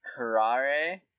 Karare